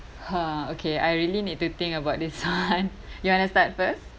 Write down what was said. ha okay I really need to think about this one you want to start first